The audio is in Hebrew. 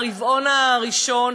ברבעון הראשון,